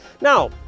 Now